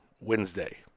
Wednesday